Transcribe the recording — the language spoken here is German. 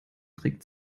trick